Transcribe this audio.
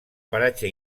paratge